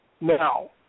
Now